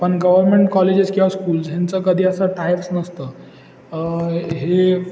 पण government colleges किंवा schools ह्यांचं कधी असं टायअप्स नसतं हे